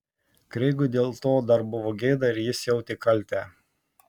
kreigui dėl to dar buvo gėda ir jis jautė kaltę